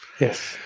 Yes